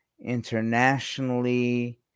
internationally